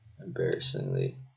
embarrassingly